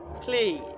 Please